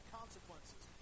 consequences